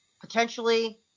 potentially